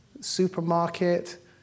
supermarket